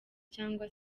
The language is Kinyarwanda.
cyangwa